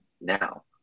now